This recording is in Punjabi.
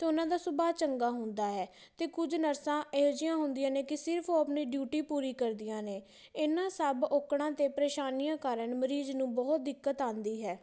ਅਤੇ ਉਹਨਾਂ ਦਾ ਸੁਭਾਅ ਚੰਗਾ ਹੁੰਦਾ ਹੈ ਅਤੇ ਕੁਝ ਨਰਸਾਂ ਇਹੋ ਜਿਹੀਆਂ ਹੁੰਦੀਆਂ ਨੇ ਕਿ ਸਿਰਫ ਉਹ ਆਪਣੀ ਡਿਊਟੀ ਪੂਰੀ ਕਰਦੀਆਂ ਨੇ ਇਹਨਾਂ ਸਭ ਔਕੜਾਂ ਅਤੇ ਪਰੇਸ਼ਾਨੀਆਂ ਕਾਰਨ ਮਰੀਜ਼ ਨੂੰ ਬਹੁਤ ਦਿੱਕਤ ਆਉਂਦੀ ਹੈ